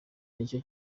nicyo